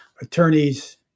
attorneys